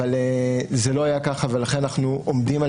אבל זה לא היה ככה ולכן אנחנו עומדים על